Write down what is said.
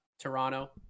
Toronto